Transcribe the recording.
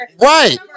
Right